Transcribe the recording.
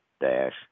dash